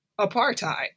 apartheid